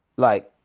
like.